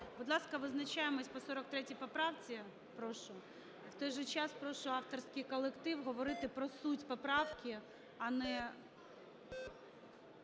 Будь ласка, визначаємось по 43 поправці. Прошу. В той же час, прошу авторський колектив говорити про суть поправки, а не